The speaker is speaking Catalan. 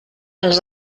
els